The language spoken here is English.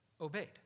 Obeyed